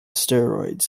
steroids